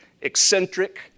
eccentric